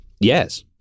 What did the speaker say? Yes